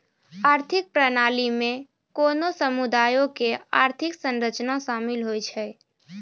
आर्थिक प्रणाली मे कोनो समुदायो के आर्थिक संरचना शामिल होय छै